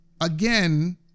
again